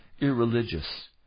irreligious